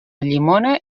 llimona